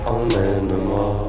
Emmène-moi